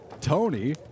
Tony